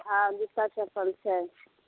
हँ जुत्ता चप्पल छै